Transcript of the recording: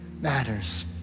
matters